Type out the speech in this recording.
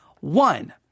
One